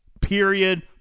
period